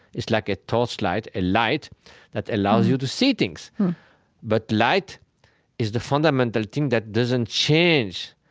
it's like a torchlight, a light that allows you to see things but light is the fundamental thing that doesn't change.